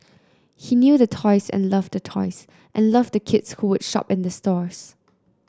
he knew the toys and loved the toys and loved the kids who would shop in the stores